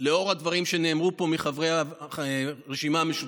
לאור הדברים שאמרו פה חברי הרשימה המשותפת: